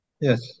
Yes